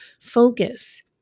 focus